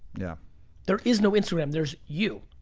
yeah there is no instagram. there's you.